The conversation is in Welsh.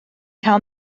cael